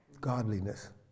Godliness